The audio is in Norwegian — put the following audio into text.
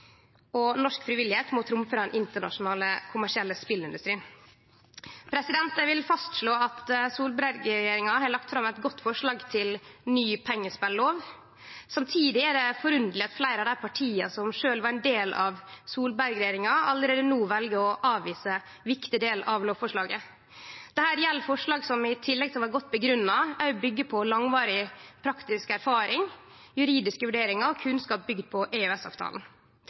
og norsk frivilligheit må trumfe den internasjonale kommersielle spelindustrien. Eg vil fastslå at Solberg-regjeringa har lagt fram eit godt forslag til ny pengespellov. Samtidig er det forunderleg at fleire av dei partia som sjølve var ein del av Solberg-regjeringa, allereie no vel å avvise viktige delar av lovforslaget. Det gjeld forslag som i tillegg til å vere godt grunngjevne òg byggjer på langvarig praktisk erfaring, juridiske vurderingar og kunnskap bygd på